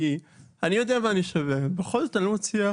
אני יודע מה אני שווה ובכל זאת אני לא מצליח